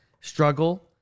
struggle